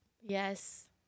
Yes